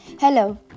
Hello